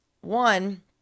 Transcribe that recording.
One